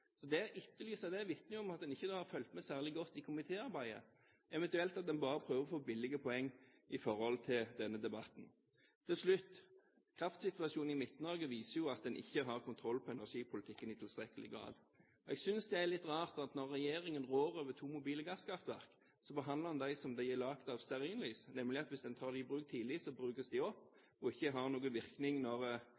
Så det å etterlyse det vitner jo om at en ikke har fulgt med særlig godt i komitéarbeidet, eventuelt at en bare prøver å få billige poeng i denne debatten. Til slutt: Kraftsituasjonen i Midt-Norge viser at en ikke har kontroll på energipolitikken i tilstrekkelig grad. Jeg synes det er litt rart når regjeringen rår over to mobile gasskraftverk, at en behandler dem som om de er laget av stearinlys, slik at hvis en tar dem i bruk tidlig, brukes de opp